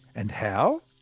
and how,